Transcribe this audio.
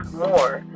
more